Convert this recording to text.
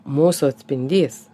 mūsų atspindys